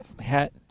hat